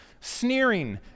Sneering